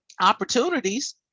opportunities